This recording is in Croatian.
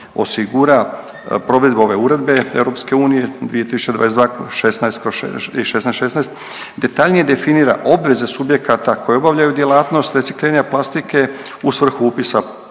osigura provedbu ove Uredbe EU 2022/16 kroz i 1616, detaljnije definira obveze subjekata koji obavljaju djelatnost recikliranja plastike u svrhu upisa